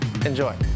enjoy